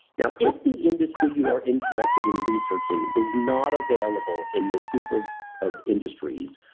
now if the industry you are interested in researching is not available in this group of of industries,